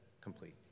complete